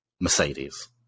Mercedes